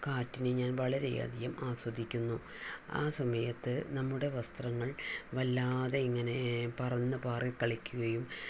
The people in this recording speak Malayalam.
കാറ്റിനെ ഞാൻ വളരെയധികം ആസ്വദിക്കുന്നു ആ സമയത്ത് നമ്മുടെ വസ്ത്രങ്ങൾ വല്ലാതെ ഇങ്ങനെ പറന്നു പാറി കളിക്കുകയും